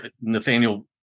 Nathaniel